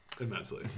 Immensely